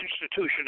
institution